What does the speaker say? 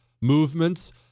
movements